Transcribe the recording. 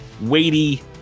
weighty